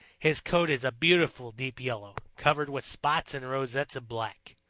his coat is a beautiful deep yellow, covered with spots and rosettes of black.